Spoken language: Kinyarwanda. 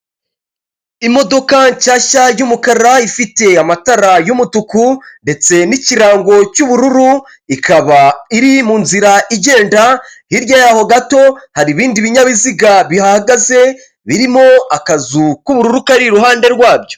Imodoka nshyashya y'umukara ifite amatara y'umutuku ndetse n'ikirango cy'ubururu, ikaba iri mu nzira igenda, hirya yaho gato, hari ibindi binyabiziga bihahagaze birimo akazu k'ubururu kari iruhande rwabyo.